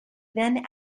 then